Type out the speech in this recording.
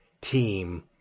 team